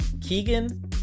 Keegan